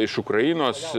iš ukrainos